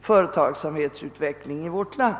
företagsamhet i vårt land.